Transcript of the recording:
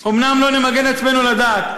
אומנם לא נמגן עצמנו לדעת,